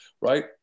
Right